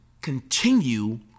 continue